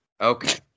Okay